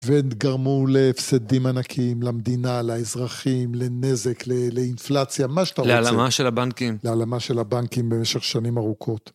וגרמו להפסדים ענקים, למדינה, לאזרחים, לנזק, לאינפלציה, מה שאתה רוצה. להעלמה של הבנקים. להעלמה של הבנקים במשך שנים ארוכות.